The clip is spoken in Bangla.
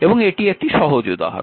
এবং এটি একটি সহজ উদাহরণ